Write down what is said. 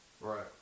Right